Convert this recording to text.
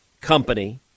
company